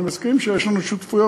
אני מסכים שיש לנו שותפויות,